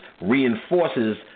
reinforces